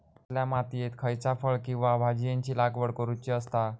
कसल्या मातीयेत खयच्या फळ किंवा भाजीयेंची लागवड करुची असता?